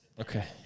Okay